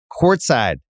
courtside